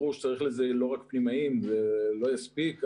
ברור שצריך לזה לא רק פנימאים, זה לא יספיק.